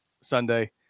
Sunday